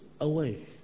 away